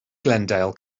glendale